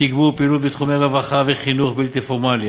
תגבור פעילות בתחומי רווחה וחינוך בלתי פורמלי,